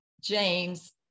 James